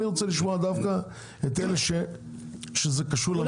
אני רוצה לשמוע דווקא את אלה שזה קשור למדינה.